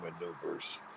maneuvers